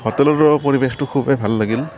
হোটেলৰো পৰিৱেশটো খুবেই ভাল লাগিল